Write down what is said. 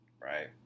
right